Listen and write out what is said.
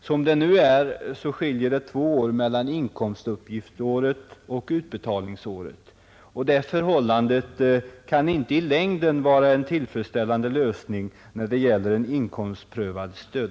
Som det nu är skiljer det två år mellan inkomstuppgiftsåret och utbetalningsåret, och det förhållandet kan i längden inte vara tillfredsställande när det gäller ett inkomstprövat stöd.